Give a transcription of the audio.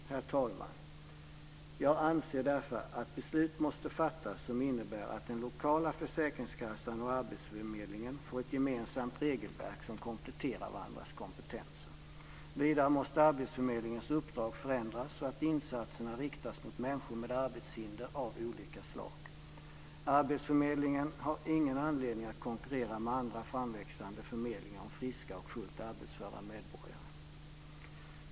Herr talman! Jag anser därför att beslut måste fattas som innebär att den lokala försäkringskassan och arbetsförmedlingen får ett gemensamt regelverk som kompletterar varandras kompetenser. Vidare måste arbetsförmedlingens uppdrag förändras så att insatserna riktas mot människor med arbetshinder av olika slag. Arbetsförmedlingen har ingen anledning att konkurrera med andra framväxande förmedlingar om friska och fullt arbetsföra medborgare.